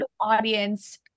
audience